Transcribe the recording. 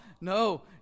No